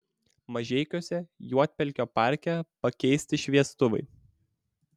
mažeikiuose juodpelkio parke pakeisti šviestuvai